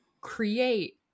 create